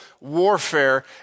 warfare